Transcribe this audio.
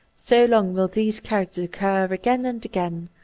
so long will these characters occur again and again,